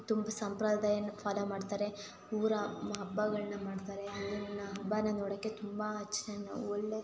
ತುಂಬ ಸಂಪ್ರದಾಯನ ಫಾಲೋ ಮಾಡ್ತಾರೆ ಊರ ಹಬ್ಬಗಳನ್ನ ಮಾಡ್ತಾರೆ ಅಲ್ಲಿನ ಹಬ್ಬನ ನೋಡೋಕೆ ತುಂಬ ಚೆನ್ನ ಒಳ್ಳೆ